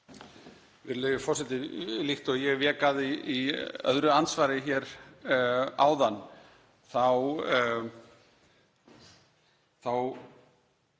Virðulegi forseti. Líkt og ég vék að í öðru andsvari hér áðan